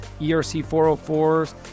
ERC-404s